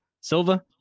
Silva